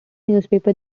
newspaper